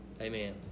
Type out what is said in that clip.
Amen